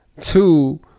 Two